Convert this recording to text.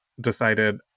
decided